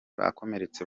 bakomeretse